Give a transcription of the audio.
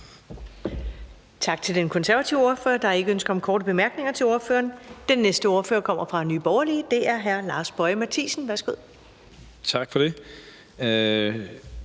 Tak til den konservative ordfører. Der er ikke indkommet korte bemærkninger til ordføreren. Den næste ordfører kommer fra Nye Borgerlige. Det er hr. Lars Boje Mathiesen. Værsgo. Kl.